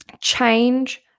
change